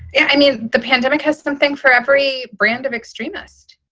and i mean, the pandemic has something for every brand of extremist